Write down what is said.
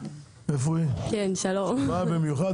באה במיוחד,